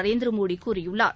நரேந்திரமோடிகூறியுள்ளார்